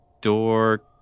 door